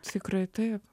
tikrai taip